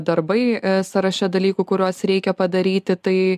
darbai sąraše dalykų kuriuos reikia padaryti tai